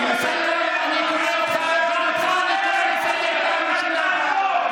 אמסלם, אני קורא אותך לסדר פעם ראשונה.